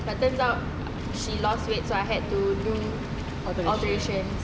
but turns out she lost weight so I had to do alteration